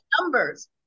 numbers